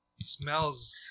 Smells